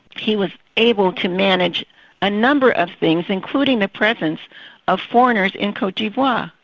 he was able to manage a number of things, including the presence of foreigners in cote d'ivoire,